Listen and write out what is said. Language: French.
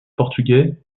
portugais